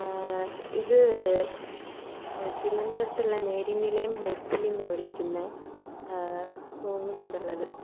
ഇത് തിരുവനന്തപുരത്തുള്ള മേരിനിലയം ഹോസ്റ്റലിൽ നിന്നാണ് വിളിക്കുന്നത് പോങ്ങുമൂട് ഉള്ളത്